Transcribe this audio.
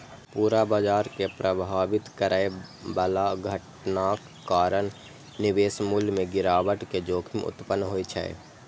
पूरा बाजार कें प्रभावित करै बला घटनाक कारण निवेश मूल्य मे गिरावट के जोखिम उत्पन्न होइ छै